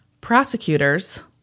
Prosecutors